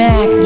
Mac